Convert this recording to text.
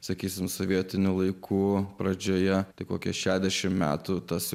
sakysime sovietinių laikų pradžioje tai kokie šešiasdešimt metų tas